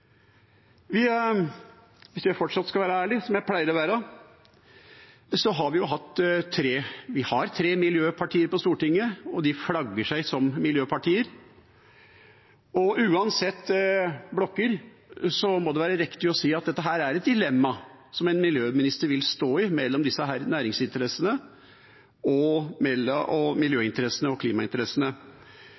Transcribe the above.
Hvis jeg fortsatt skal være ærlig, som jeg pleier å være, har vi tre miljøpartier på Stortinget, og det flagger de at de er. Og uansett blokker må det være riktig å si at dette er et dilemma som en miljøminister vil stå i, mellom disse næringsinteressene og miljø- og klimainteressene. Men en ærlighet vil være at man kan si at ok, noen slag blir tapt. Og